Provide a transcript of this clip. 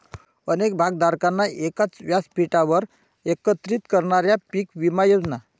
अनेक भागधारकांना एकाच व्यासपीठावर एकत्रित करणाऱ्या पीक विमा योजना